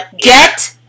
get